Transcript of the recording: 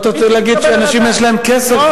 מה אתה רוצה להגיד, שאנשים יש להם כסף?